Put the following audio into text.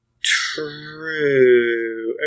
true